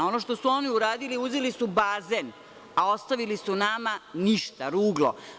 Ono što su oni uradili, uzeli su bazen, a ostavili su nama ništa, ruglo.